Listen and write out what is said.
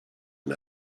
and